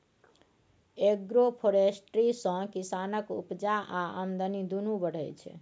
agroforestry सँ किसानक उपजा आ आमदनी दुनु बढ़य छै